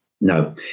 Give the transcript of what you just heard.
No